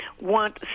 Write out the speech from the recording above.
want